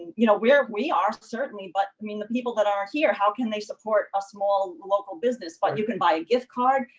you know, where we are certainly, but i mean the people that are here how can they support a small local business? but you can buy a gift card,